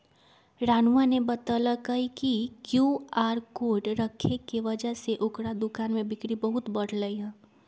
रानूआ ने बतल कई कि क्यू आर कोड रखे के वजह से ओकरा दुकान में बिक्री बहुत बढ़ लय है